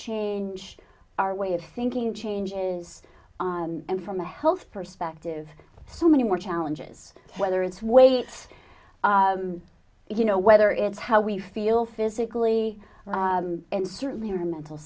change our way of thinking change is and from a health perspective so many more challenges whether it's weight you know whether it's how we feel physically and certainly her mental